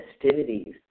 festivities